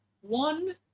One